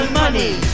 money